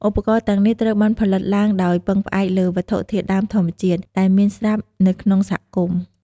ឧបករណ៍ទាំងនេះត្រូវបានផលិតឡើងដោយពឹងផ្អែកលើវត្ថុធាតុដើមធម្មជាតិ ដែលមានស្រាប់នៅក្នុងសហគមន៍។